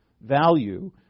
value